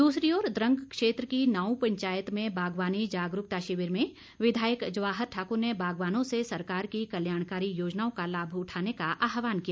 दूसरी ओर द्रंग क्षेत्र की नाऊ पंचायत में बागवानी जागरूकता शिविर में विधायक जवाहर ठाकुर ने बागवानों से सरकार की कल्याणकारी योजनाओं का लाभ उठाने का आह्वान किया